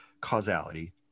causality